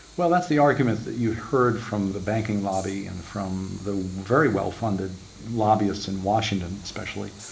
well that's the arguments that you've heard from the banking lobby and from the very well-funded lobbyists in washington especially,